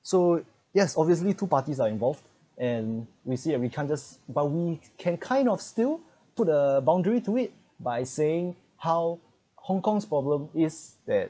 so yes obviously two parties are involved and we see and we can't just but we can kind of still put a boundary to it by saying how hong kong's problem is that